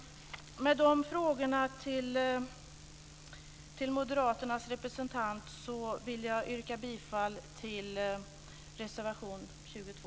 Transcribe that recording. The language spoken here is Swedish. Med mina frågor till Moderaternas representant vill jag avsluta med att yrka bifall till reservation 22.